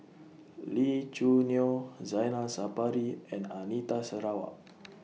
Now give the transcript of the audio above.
Lee Choo Neo Zainal Sapari and Anita Sarawak